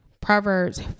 Proverbs